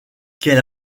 quelle